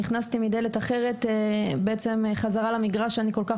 נכנסתי בדלת אחרת בעצם חזרה למגרש שאני כל-כך